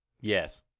Yes